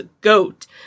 Goat